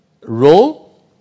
role